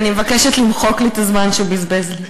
אני מבקשת למחוק לי את הזמן שהתבזבז לי.